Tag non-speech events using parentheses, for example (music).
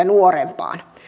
(unintelligible) nuorempaan